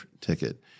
ticket